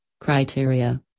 criteria